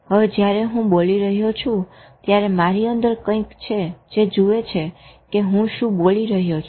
હવે જયારે હું બોલી રહ્યો છું ત્યારે મારી અંદર કંઈક છે જે જુએ છે કે હું શું બોલી રહ્યો છું